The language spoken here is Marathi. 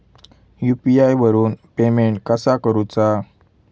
यू.पी.आय वरून पेमेंट कसा करूचा?